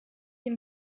den